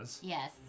Yes